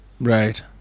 Right